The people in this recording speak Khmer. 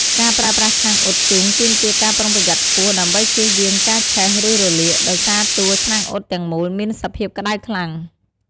ការប្រើប្រាស់ឆ្នាំងអ៊ុតធ្យូងទាមទារការប្រុងប្រយ័ត្នខ្ពស់ ដើម្បីជៀសវាងការឆេះ ឬរលាក ដោយសារតួឆ្នាំងអ៊ុតទាំងមូលមានសភាពក្តៅខ្លាំង។